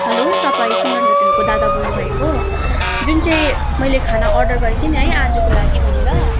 hello तपाईँ सिमरन होटेलको दादा बोल्नु भएको जुन चाहिँ मैले खाना अर्डर गरेको थिएँ नि है आजको लागि भनेर